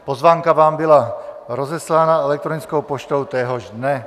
Pozvánka vám byla rozeslána elektronickou poštou téhož dne.